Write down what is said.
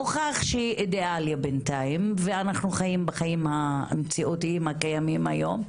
הוכח שהיא אידיאלי בינתיים ואנחנו חיים בחיים המציאותיים הקיימים היום,